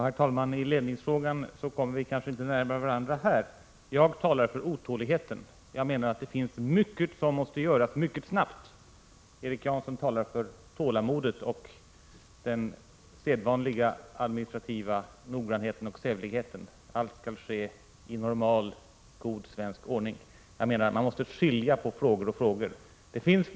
Herr talman! I ledningsfrågan kommer vi kanske inte närmare varandra här. Jag talar för otåligheten. Jag menar att det finns mycket som måste göras mycket snabbt. Erik Janson talar för tålamodet och den sedvanliga administrativa noggrannheten och sävligheten — allt skall ske i god, normal svensk ordning. Jag tycker att man måste skilja på frågor och frågor.